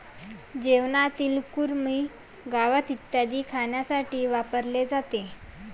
जेवणातील कृमी, गवत इत्यादी खाण्यासाठी वापरले जाते